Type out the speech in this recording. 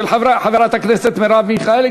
של חברת הכנסת מרב מיכאלי,